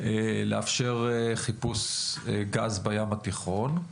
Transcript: לאפשר חיפוש גז בים התיכון,